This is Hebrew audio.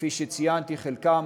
כפי שציינתי, חלקם